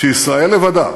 כשישראל לבדה